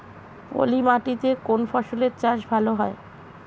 পলি মাটিতে কোন ফসলের চাষ ভালো হয়?